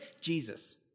Jesus